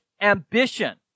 ambition